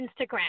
Instagram